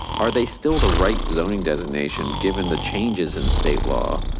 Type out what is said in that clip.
are they still the right zoning designation, given the changes in state law?